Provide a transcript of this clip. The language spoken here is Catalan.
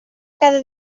cada